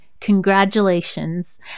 Congratulations